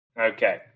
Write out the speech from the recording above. Okay